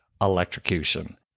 electrocution